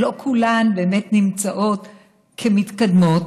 ולא כולן באמת נחשבות למתקדמות,